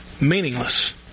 meaningless